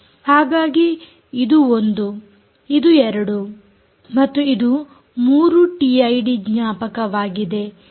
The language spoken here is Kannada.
ಹಾಗಾಗಿ ಇದು ಒಂದು ಇದು ಎರಡು ಮತ್ತು ಇದು 3 ಟಿಐಡಿ ಜ್ಞಾಪಕವಾಗಿದೆ